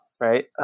right